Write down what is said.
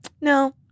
no